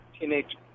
teenage